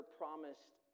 promised